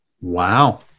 Wow